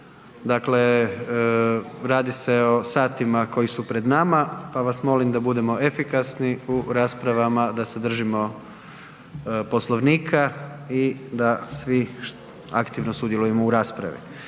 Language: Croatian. dakle radi se o satima koji su pred nama pa vas molim da budemo efikasni u raspravama, da se držimo Poslovnika i da svi aktivno sudjelujemo u raspravi.